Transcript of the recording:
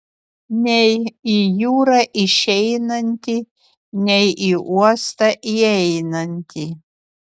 nei į jūrą išeinantį nei į uostą įeinantį